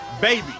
baby